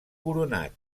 coronat